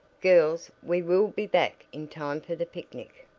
girls we will be back in time for the picnic,